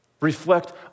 Reflect